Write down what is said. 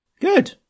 Good